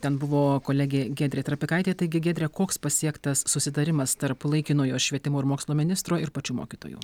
ten buvo kolegė giedrė trapikaitė taigi giedre koks pasiektas susitarimas tarp laikinojo švietimo ir mokslo ministro ir pačių mokytojų